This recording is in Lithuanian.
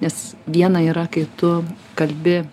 nes viena yra kai tu kalbi